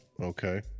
Okay